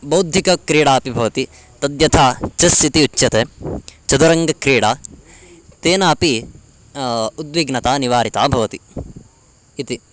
बौद्धिकक्रीडा अपि भवति तद्यथा चेस् इति उच्यते चदुरङ्गक्रीडा तेनापि उद्विग्नता निवारिता भवति इति